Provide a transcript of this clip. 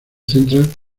centran